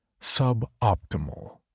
suboptimal